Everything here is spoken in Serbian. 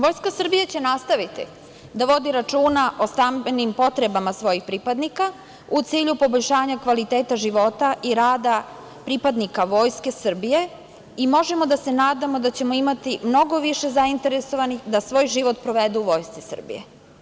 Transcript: Vojska Srbije će nastaviti da vodi računa o stambenim potrebama svojih pripadnika u cilju poboljšanja kvaliteta života i rada pripadnika Vojske Srbije i možemo da se nadamo da ćemo imati mnogo više zainteresovanih da svoj život provedu u Vojsci Srbije.